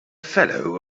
fellow